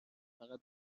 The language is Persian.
فقط